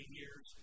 years